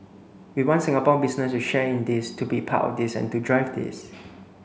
we want Singapore business to share in this to be part of this and to drive this